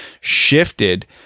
shifted